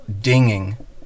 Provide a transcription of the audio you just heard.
dinging